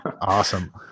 Awesome